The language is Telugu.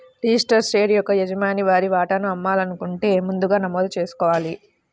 రిజిస్టర్డ్ షేర్ యొక్క యజమాని వారి వాటాను అమ్మాలనుకుంటే ముందుగా నమోదు చేసుకోవాలి